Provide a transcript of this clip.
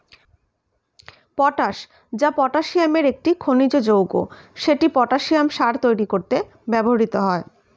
potash, যা পটাসিয়ামের একটি খনিজ যৌগ, সেটি পটাসিয়াম সার তৈরি করতে ব্যবহৃত হয়